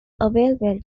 available